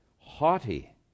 haughty